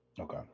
Okay